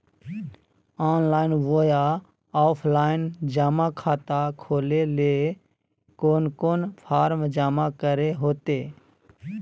Online बोया offline जमा खाता खोले ले कोन कोन फॉर्म जमा करे होते?